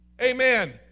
Amen